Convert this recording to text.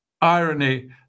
irony